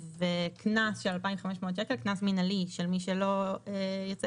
וקנס מינהלי של 2,500 שקל על מי שלא יציית.